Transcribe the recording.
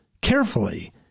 carefully